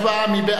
מי בעד?